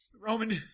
Roman